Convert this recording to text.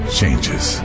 changes